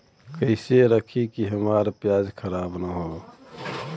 कइसे रखी कि हमार प्याज खराब न हो?